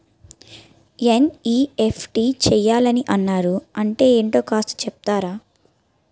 NEFT చేయాలని అన్నారు అంటే ఏంటో కాస్త చెపుతారా?